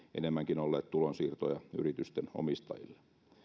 enemmänkin olleet tulonsiirtoja yritysten omistajille